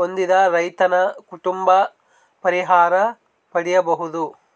ಹೊಂದಿದ ರೈತನ ಕುಟುಂಬ ಪರಿಹಾರ ಪಡಿಬಹುದು?